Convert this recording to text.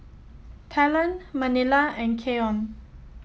Talon Manilla and Keion